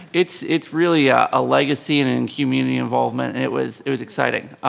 it's it's really a ah legacy and and community involvement and it was it was exciting.